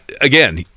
Again